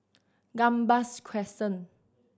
Gambas Crescent